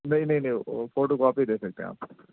نہیں نہیں نہیں فوٹو کاپی دے سکتے ہیں آپ